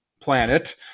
planet